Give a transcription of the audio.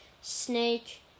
Snake